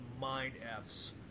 mind-f's